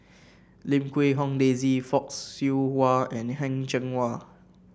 Lim Quee Hong Daisy Fock Siew Wah and the Heng Cheng Hwa